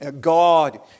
God